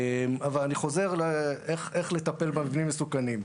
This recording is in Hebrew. אני חוזר לטיפול במבנים המסוכנים.